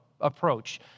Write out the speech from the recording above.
approach